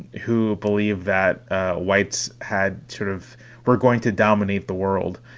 who believe that whites had sort of were going to dominate the world.